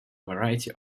variety